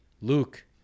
Luke